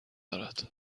دارد